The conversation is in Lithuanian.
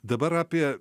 dabar apie